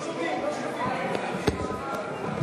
לא שומעים, לא שומעים.